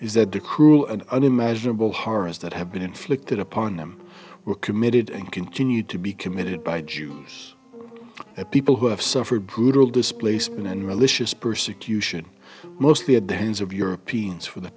is that the cruel and unimaginable harras that have been inflicted upon them were committed and continued to be committed by jews at people who have suffered brutal displacement and religious persecution mostly at the hands of europeans for the